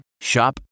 Shop